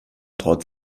traut